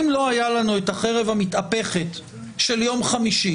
אם לא היה לנו את החרב המתהפכת של יום חמישי,